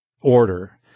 order